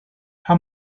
how